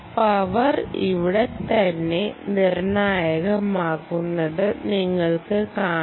power ഇവിടെത്തന്നെ നിർണായകമാകുന്നത് നിങ്ങൾക്ക് കാണാം